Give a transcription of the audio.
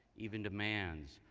even demands,